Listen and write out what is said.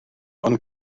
ond